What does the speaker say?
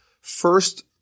first